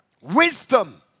Wisdom